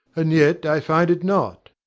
and yet i find it not.